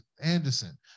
Anderson